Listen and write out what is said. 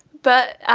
but